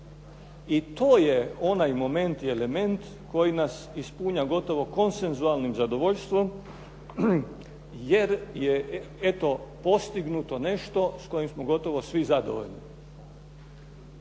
I to je onaj moment i element koji nas ispunjava gotovo konsenzualnim zadovoljstvom jer je eto postignuto nešto s čim smo gotovo svi zadovoljni.